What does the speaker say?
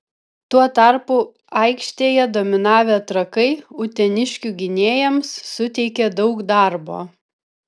tuo tarpu aikštėje dominavę trakai uteniškių gynėjams suteikė daug darbo